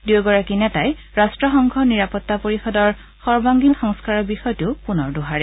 দুয়োগৰাকী নেতাই ৰাট্টসংঘৰ নিৰাপত্তা পৰিষদৰ সৰ্বাংগীন সংস্কাৰৰ বিষয়টোও পুনৰ দোহাৰে